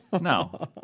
No